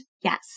yes